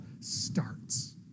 starts